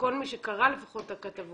וכל מי שקרא לפחות את הכתבות,